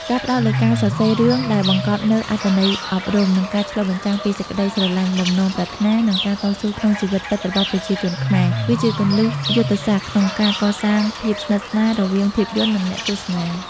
ការផ្ដោតលើការសរសេររឿងដែលបង្កប់នូវអត្ថន័យអប់រំ និងការឆ្លុះបញ្ចាំងពីសេចក្ដីស្រឡាញ់ បំណងប្រាថ្នា និងការតស៊ូក្នុងជីវិតពិតរបស់ប្រជាជនខ្មែរ គឺជាគន្លឹះយុទ្ធសាស្ត្រក្នុងការកសាងភាពស្និទ្ធស្នាលរវាងភាពយន្ត និងអ្នកទស្សនា។